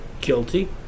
guilty